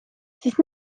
siis